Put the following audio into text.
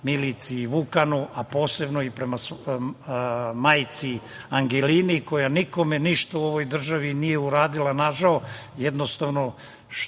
Milici i Vukanu, a posebno i prema majci Angelini, koja nikome ništa u ovoj državi nije uradila nažao, jednostavno